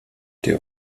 der